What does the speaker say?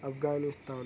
Afghanistan